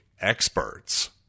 experts